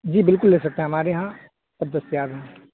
جی بالکل لے سکتے ہیں ہمارے یہاں سب دستیاب ہیں